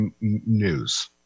news